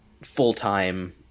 full-time